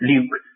Luke